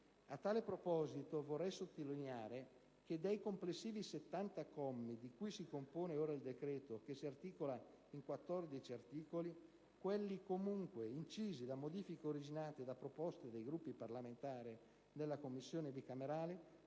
A tale proposito, vorrei sottolineare che dei complessivi 70 commi in cui si articola ora il decreto, che consta di 14 articoli, quelli comunque incisi da modifiche originate da proposte dei Gruppi parlamentari nella Commissione bicamerale,